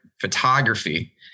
photography